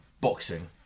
boxing